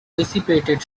dissipated